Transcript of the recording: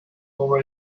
over